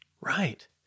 Right